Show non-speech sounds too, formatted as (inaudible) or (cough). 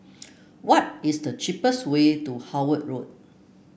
(noise) what is the cheapest way to Howard Road